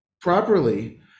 properly